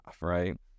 right